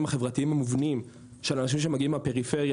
החברתיים המובנים של אנשים שמגיעים מהפריפריה.